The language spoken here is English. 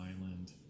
Island